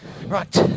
Right